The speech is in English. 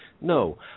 no